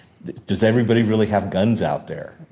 does everybody really have guns out there?